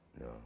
no